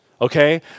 okay